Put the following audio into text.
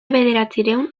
bederatziehun